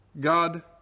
God